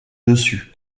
dessus